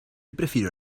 prefirió